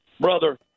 brother